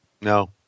no